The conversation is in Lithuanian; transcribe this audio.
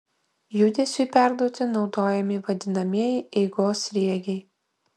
judesiui perduoti naudojami vadinamieji eigos sriegiai